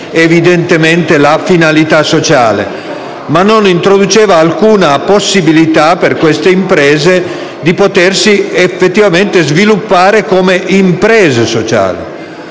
a mantenere la finalità sociale, ma nessuna possibilità per queste imprese di potersi effettivamente sviluppare come imprese sociali.